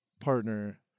partner